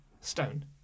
stone